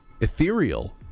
ethereal